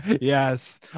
yes